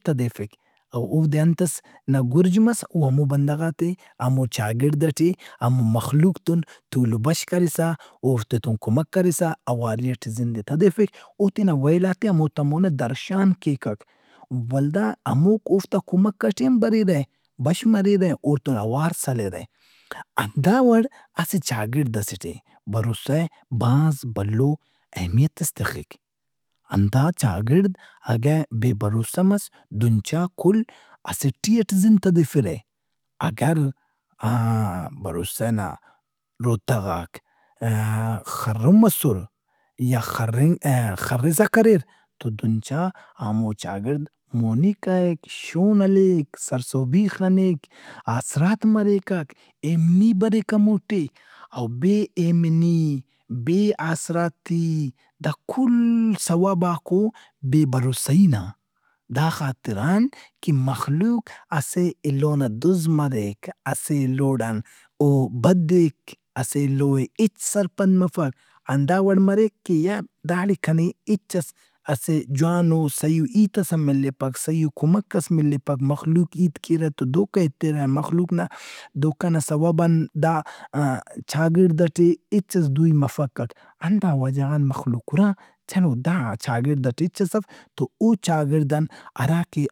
او اودے انتس نا گُرج مس او ہمو بندغات ئے، ہمو چاگِڑد ئٹے، ہمو مخلوق تُن تول و بش کرسہ، اوفتے تُن کمک کرسہ اواری ئٹے زند ئے تدیفک۔ او تینا ویلات ئے ہم اوتا مونا درشان کیکک۔ ولدا ہموفک اوفتا کمک ئٹے ہم بریرہ۔ بش مریرہ اوڑتُن اوار سلِرہ۔ ہندا وڑ اسہ چاگڑِد ئسے ٹے بھروسہ بھاز بھلو اہمیت ئس تخک۔ ہندا چاگِڑد اگہ بے بھروسہ مس دہن چا کل اسٹی اٹ زند تدیفِرہ۔ اگر آآ- بھروسہ نا روتَغاک آ- خرن مسریا خرسہ کریر تو دہن چا ہمو چاگڑد مونی کائک، شون ہلیک، سرسہبی خنک، آسرات مریکک، ایمنی بریکک ہموٹے۔ او بے ایمنی، بے آسراتی، دا کل سوباک او بے بھروسہی نا۔ داخاطران کہ مخلوق اسہ ایلو نا دزمریک، اسہ ایلوڑان او بد دیک، اسہ ایلو ئے ہچ سرپند مفک۔ ہندا وڑمریک کہ یا داڑے کنے ہچس اسہ جوانو صحیحیئو ہیت ہم ملپک، صحیحیئو کمک ملپک۔ مخلوق ہیت کیرہ تو دھوکہ ایترہ۔ مخوق نا دھوکہ نا سوب ان دا چاگڑد ئٹے ہچس دوئی مفکک۔ ہندا وجہ غان مخلوق ہُرا چنگ- دا چاگِڑد ئٹے ہچس اف تو او چاگڑد ان ہرا کہ۔